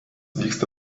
vyksta